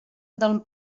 del